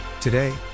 Today